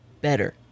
better